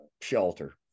shelter